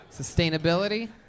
Sustainability